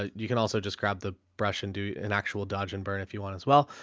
ah you can also just grab the brush and do an actual dodge and burn if you want as well.